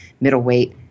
middleweight